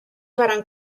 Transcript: varen